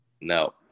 No